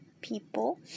people